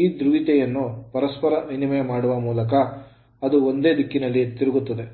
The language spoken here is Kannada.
ಈ ಧ್ರುವೀಯತೆಯನ್ನು ಪರಸ್ಪರ ವಿನಿಮಯ ಮಾಡುವ ಮೂಲಕ ಅದು ಒಂದೇ ದಿಕ್ಕಿನಲ್ಲಿ ತಿರುಗುತ್ತದೆ